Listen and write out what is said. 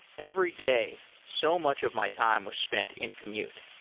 every day, so much of my time was spent in commute.